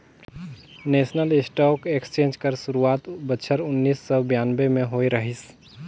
national stock exchange कर सुरवात बछर उन्नीस सव बियानबें में होए रहिस